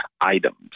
items